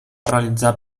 realitzar